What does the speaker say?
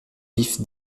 vif